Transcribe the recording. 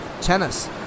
tennis